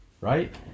Right